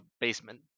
basement